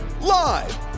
Live